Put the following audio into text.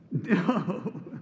No